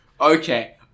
Okay